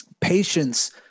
patience